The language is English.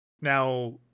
now